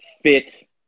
fit